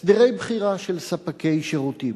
הסדרי בחירה של ספקי שירותים.